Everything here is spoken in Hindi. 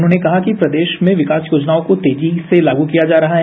उन्होंने कहा कि प्रदेश में विकॉस योजनाओं को तेजी से लागू किया जा रहा है